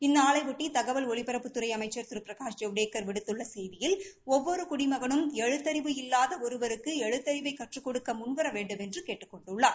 இந்நாளையோட்டி தகவல் ஒலிபரப்புத்துறை அமைச்ச் திரு பிரகாஷ் ஜவடேக்கா் விடுத்துள்ள செய்தியில் ஒவ்வொரு குடிமகனும் ஏழுத்தறிவு இல்லாத ஒருவருக்கு எழுத்தறிவை கற்றுக் கொடுக்க முன்வர வேண்டுமென்று கேட்டுக் கொண்டுள்ளார்